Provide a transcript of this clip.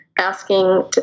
asking